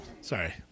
sorry